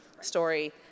story